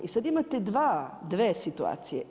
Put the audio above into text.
I sad imate dvije situacije.